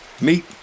Meet